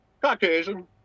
caucasian